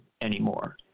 anymore